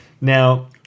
Now